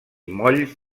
molls